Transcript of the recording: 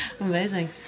Amazing